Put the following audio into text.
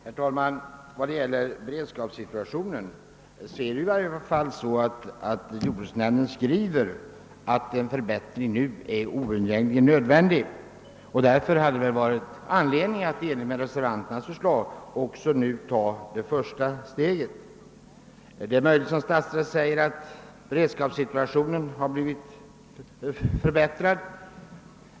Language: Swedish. Herr talman! Vad beträffar beredskapssituationen har i. varje fall jordbruksnämnden skrivit att en förbättring är oundgängligen nödvändig. Därför hade det väl varit angeläget att i enlighet med reservanternas förslag nu ta det första steget. Det är möjligt, som statsrådet säger, att beredskapssituationen har förbättrats.